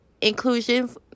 inclusion